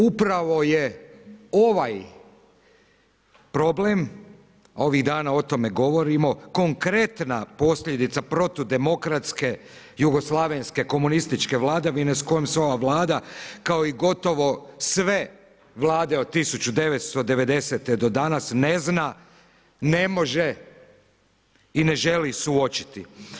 Upravo je ovaj problem, a ovih dana o tome govorimo, konkretna posljedica protudemokratske jugoslavenske komunističke vladavine s kojom se ova Vlada kao i gotovo sve vlade od 1990. do danas ne zna, ne može i ne želi suočiti.